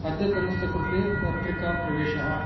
अद्यतनस्य कृते पत्रिकाप्रवेशः